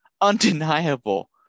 undeniable